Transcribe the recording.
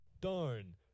Darn